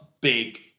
big